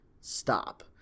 stop